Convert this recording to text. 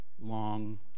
long